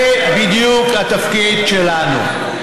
זה בדיוק התפקיד שלנו.